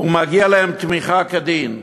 ומגיעה להם תמיכה כדין.